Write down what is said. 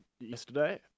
yesterday